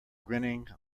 grinning